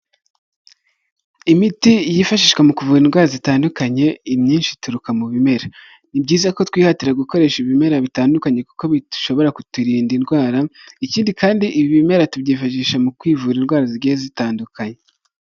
Imiti yifashishwa mu kuvura indwara zitandukanye inyinshi ituruka mu bimera, ni byiza ko twihatira gukoresha ibimera bitandukanye kuko bishobora kuturinda indwara, ikindi kandi ibi bimera tubyifashisha mu kwivura indwara zigiye zitandukanye.